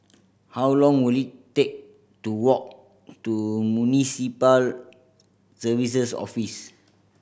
how long will it take to walk to Municipal Services Office